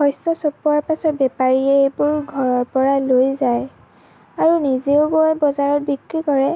শস্য চপোৱাৰ পাছত বেপাৰীয়ে এইবোৰ ঘৰৰ পৰা লৈ যায় আৰু নিজেও গৈ বজাৰত বিক্ৰী কৰে